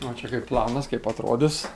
o čia kaip planas kaip atrodys